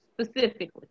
specifically